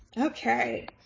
Okay